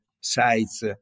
sites